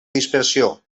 dispersió